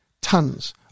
tons